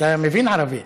אתה מבין ערבית.